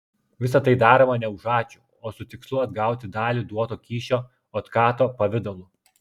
visa tai daroma ne už ačiū o su tikslu atgauti dalį duoto kyšio otkato pavidalu